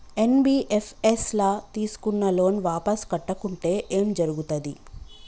NBFS ల తీస్కున్న loan వాపస్ కట్టకుంటే ఏం జర్గుతది?